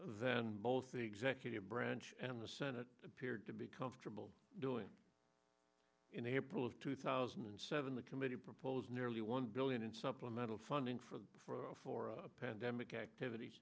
than both the executive branch and the senate appeared to be comfortable doing in april of two thousand and seven the committee proposed nearly one billion in supplemental funding for the for pandemic activit